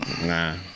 Nah